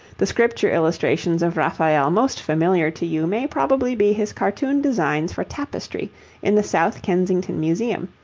the scripture illustrations of raphael most familiar to you may probably be his cartoon designs for tapestry in the south kensington museum,